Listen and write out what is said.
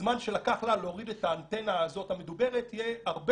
הזמן שלקח לה להוריד את האנטנה הזאת המדוברת היה הרבה